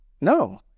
No